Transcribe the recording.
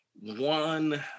one